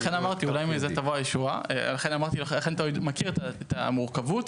ולכן אתה מכיר את המורכבות.